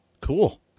Cool